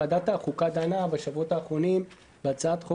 ועדת החוקה דנה בשבועות האחרונים בהצעת חוק